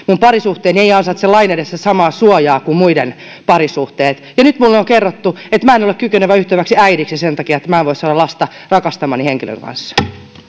minun parisuhteeni ei ansaitse lain edessä samaa suojaa kuin muiden parisuhteet ja nyt minulle on kerrottu että minä en ole kykenevä ryhtymään äidiksi sen takia että minä en voi saada lasta rakastamani henkilön kanssa